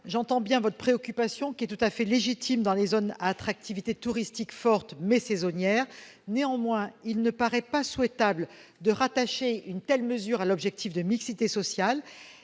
J'entends bien votre préoccupation, tout à fait légitime, sur les zones à attractivité touristique forte mais saisonnière. Néanmoins, il ne paraît pas souhaitable de rattacher une telle mesure à l'objectif de mixité sociale.